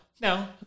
no